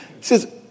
says